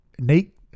Nate